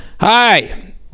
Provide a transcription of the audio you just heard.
Hi